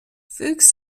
fuchs